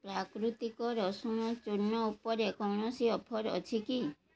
ପ୍ରାକୃତିକ ରସୁଣ ଚୂର୍ଣ୍ଣ ଉପରେ କୌଣସି ଅଫର୍ ଅଛି କି